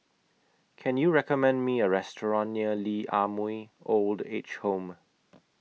Can YOU recommend Me A Restaurant near Lee Ah Mooi Old Age Home